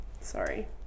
sorry